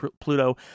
Pluto